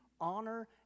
honor